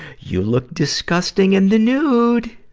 you look disgusting in the nude!